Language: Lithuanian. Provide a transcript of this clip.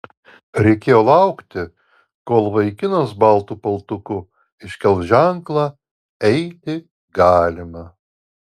reikėjo laukti kol vaikinas baltu paltuku iškels ženklą eiti galima